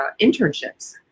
internships